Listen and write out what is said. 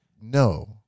No